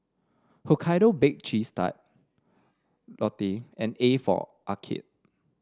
Hokkaido Baked Cheese Tart Lotte and A for Arcade